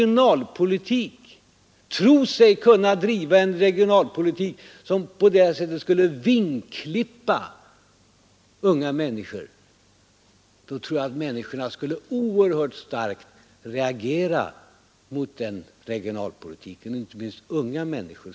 Om man tror sig kunna driva en regionalpolitik som på det här sättet skulle vingklippa unga människor, tror jag att dessa skulle reagera oerhört starkt emot denna.